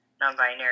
non-binary